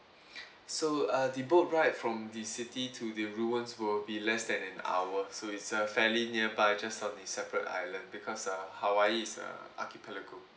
so uh the boat ride from the city to the ruins will be less than an hour so it's a fairly nearby just on the separate island because uh hawaii is a archipelago